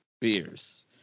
beers